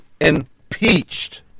impeached